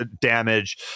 damage